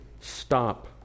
stop